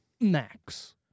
Max